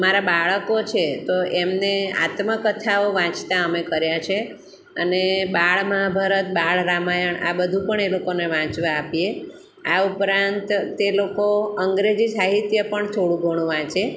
મારા બાળકો છે તો એમને આત્મકથાઓ વાંચતા અમે કર્યા છે અને બાળ મહાભારત બાળ રામાયણ આ બધું પણ એ લોકોને વાંચવા આપીએ આ ઉપરાંત તે લોકો અંગ્રેજી સાહિત્ય પણ થોડું ઘણું વાંચે